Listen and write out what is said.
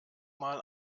mal